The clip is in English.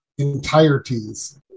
entireties